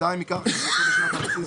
(2)עיקר הכנסתו בשנת הבסיס,